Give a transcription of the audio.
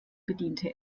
bediente